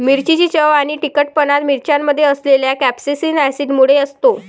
मिरचीची चव आणि तिखटपणा मिरच्यांमध्ये असलेल्या कॅप्सेसिन ऍसिडमुळे असतो